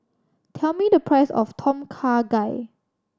tell me the price of Tom Kha Gai